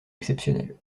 exceptionnel